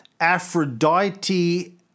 Aphrodite